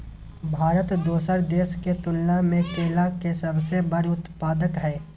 भारत दोसर देश के तुलना में केला के सबसे बड़ उत्पादक हय